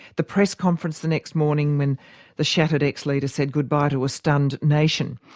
the press conference the next morning when the shattered ex-leader said goodbye to a stunned nation?